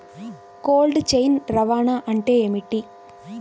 Cold chain రవాణా అంటే ఏమిటీ?